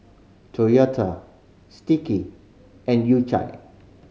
Toyota Sticky and U Cha